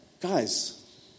Guys